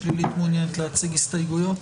שלילית מעוניינת להציג הסתייגויות?